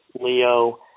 Leo